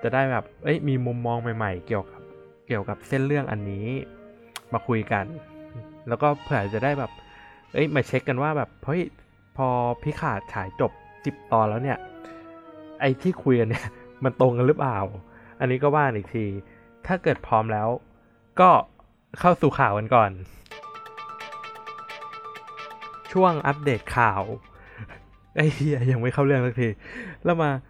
จะได้แบบเอ้ยมีมุมมองใหม่ๆเกี่ยวกับ- เกี่ยวกับเส้นเรื่องอันนี้มาคุยกัน แล้วก็เผื่อจะได้แบบเอ้ยมาเช็คกันว่าแบบเฮ้ยพอพิขาดถ่ายจบ 10 ตอนแล้วเนี่ย ไอ้ที่คุยกันเนี่ยมันตรงกันหรือเปล่า อันนี้ก็ว่าอีกที ถ้าเกิดพร้อมแล้วก็เข้าสู่ข่าวกันก่อน ช่วงอัปเดตข่าว ไอ้เหี้ยยังไม่เข้าเรื่องสักที แล้วมา